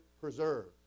preserved